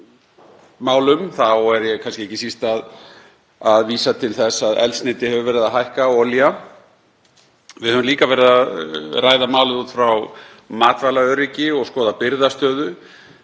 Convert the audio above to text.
orkumálum. Þá er ég kannski ekki síst að vísa til þess að eldsneyti hefur verið að hækka, olía. Við höfum líka verið að ræða málið út frá matvælaöryggi og skoða birgðastöðu.